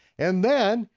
and then,